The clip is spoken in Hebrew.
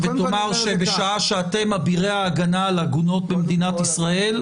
שבשעה שאתם אבירי ההגנה על עגונות במדינת ישראל,